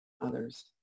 others